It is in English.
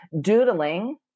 Doodling